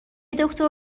دکتر